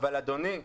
אבל אדוני,